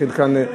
התחיל כאן,